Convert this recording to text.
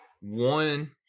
One